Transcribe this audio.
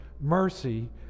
mercy